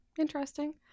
interesting